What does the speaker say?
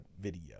video